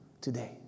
today